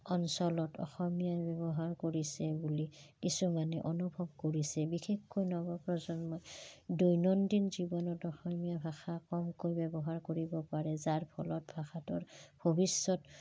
অঞ্চলত অসমীয়াই ব্যৱহাৰ কৰিছে বুলি কিছুমানে অনুভৱ কৰিছে বিশেষকৈ নৱপ্ৰজন্মই দৈনন্দিন জীৱনত অসমীয়া ভাষা কমকৈ ব্যৱহাৰ কৰিব পাৰে যাৰ ফলত ভাষাটোৰ ভৱিষ্যত